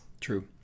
True